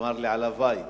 הוא אמר לי: הלוואי.